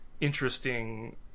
interesting